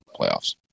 playoffs